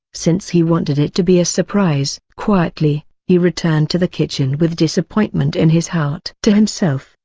since he wanted it to be a surprise. quietly, he returned to the kitchen with disappointment in his heart. to himself,